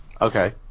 Okay